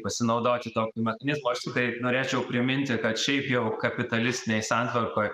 pasinaudoti tokiu mechanizmu aš tikrai norėčiau priminti kad šiaip jau kapitalistinėj santvarkoj